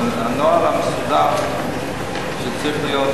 הנוהל המסודר שצריך להיות,